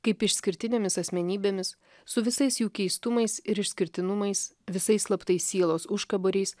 kaip išskirtinėmis asmenybėmis su visais jų keistumais ir išskirtinumais visais slaptais sielos užkaboriais